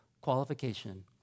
qualification